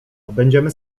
będziemy